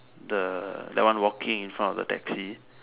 the that one walking in front of the taxi